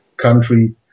country